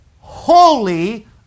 holy